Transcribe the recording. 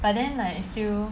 but then like it's still